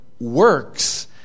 works